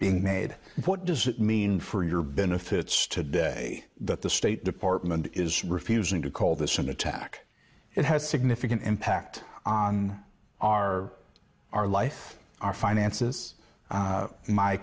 being made what does it mean for your benefits today that the state department is refusing to call this an attack it has significant impact on our our life our finances